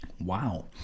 Wow